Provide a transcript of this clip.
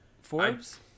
Forbes